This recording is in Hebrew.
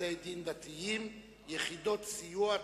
(יחידות סיוע),